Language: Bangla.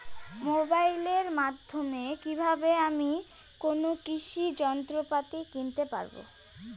মোবাইলের মাধ্যমে কীভাবে আমি কোনো কৃষি যন্ত্রপাতি কিনতে পারবো?